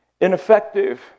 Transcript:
ineffective